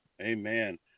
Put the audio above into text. Amen